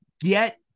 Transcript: get